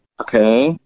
Okay